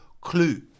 clue